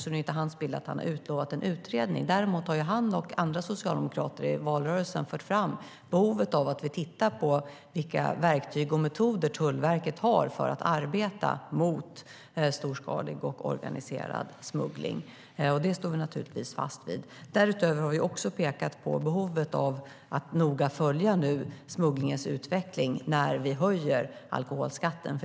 Han har inte bilden att han har utlovat en utredning. Däremot har han och andra socialdemokrater i valrörelsen fört fram behovet av att vi tittar på vilka verktyg och metoder Tullverket har för att arbeta mot storskalig och organiserad smuggling. Det står vi naturligtvis fast vid. Vi har därutöver pekat på behovet av att noga följa smugglingens utveckling när vi höjer alkoholskatten.